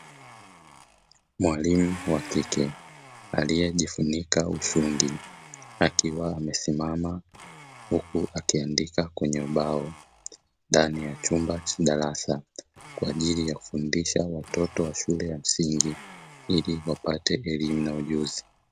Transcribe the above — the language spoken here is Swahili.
Mwalimu wa kike aliejifunika ushungi akiwa amesimama huku akiandika kwenye ubao ndani ya chumba cha darasa, kwa ajili ya kufundisha watoto wa shule ya msingi ili wapate elimu na ujuzi.